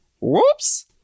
Whoops